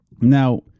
now